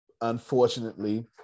unfortunately